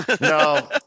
no